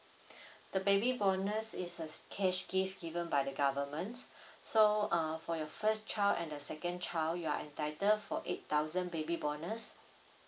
the baby bonus is uh cash gift given by the government so uh for your first child and the second child you are entitled for eight thousand baby bonus